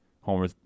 Homer